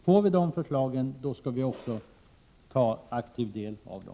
Får vi sådana förslag, skall vi med intresse ta del av dem.